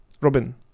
Robin